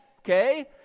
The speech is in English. okay